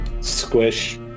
squish